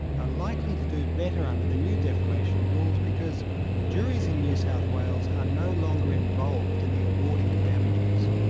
are likely to do better under the new defamation rules because juries in new south wales are no longer involved in the awarding of damages.